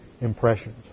impressions